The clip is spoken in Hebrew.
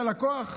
ללקוח,